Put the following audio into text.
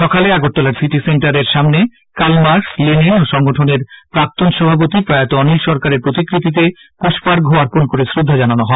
সকালে আগরতলার সিটি সেন্টারের সামনে কাল মার্কস লেনিন ও সংগঠনের প্রাক্তন সভাপতি প্রয়াত অনিল সরকারের প্রতিকৃতিতে পুষ্পার্ঘ্য অর্পন করে শ্রদ্ধা জানানো হয়